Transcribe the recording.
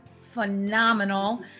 phenomenal